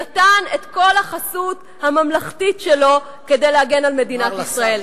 נתן את כל החסות הממלכתית שלו כדי להגן על מדינת ישראל.